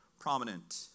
Prominent